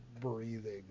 breathing